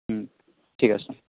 হুম ঠিক আছে